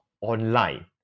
online